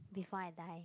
before I die